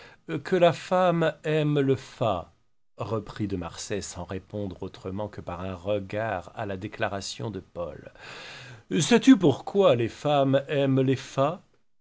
que la femme aime le fat reprit de marsay sans répondre autrement que par un regard à la déclaration de paul sais-tu pourquoi les femmes aiment les fats